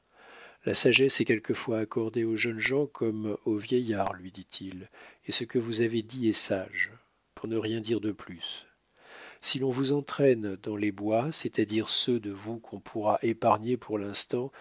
la sagesse est quelquefois accordée aux jeunes gens comme aux vieillards lui dit-il et ce que vous avez dit est sage pour ne rien dire de plus si l'on vous entraîne dans les bois c'est-à-dire ceux de vous qu'on pourra épargner pour l'instant